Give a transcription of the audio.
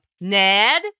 Ned